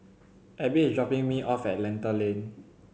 Abby is dropping me off at Lentor Lane